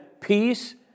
peace